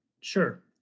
Sure